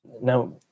Now